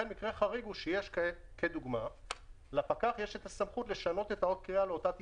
במקרה חריג שכזה יש לפקח את הסמכות לשנות את אות הקריאה לאותה טיסה,